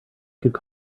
could